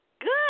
Good